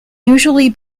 usually